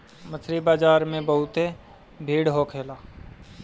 मछरी बाजार में बहुते भीड़ होखेला